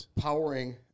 powering